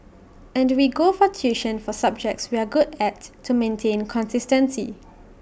and we go for tuition for subjects we are good at to maintain consistency